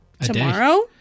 tomorrow